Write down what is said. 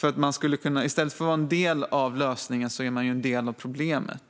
I stället för att vara en del av lösningen är man en del av problemet.